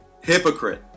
Hypocrite